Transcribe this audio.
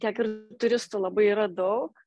kiek ir turistų labai yra daug